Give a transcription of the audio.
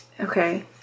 Okay